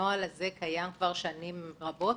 הנוהל הזה קיים כבר שנים רבות.